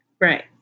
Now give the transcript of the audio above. Right